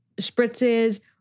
spritzes